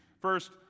First